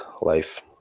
life